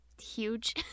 huge